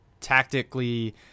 tactically –